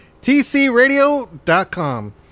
TCRadio.com